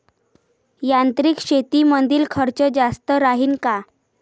यांत्रिक शेतीमंदील खर्च जास्त राहीन का?